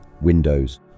windows